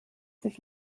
sich